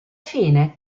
fine